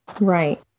Right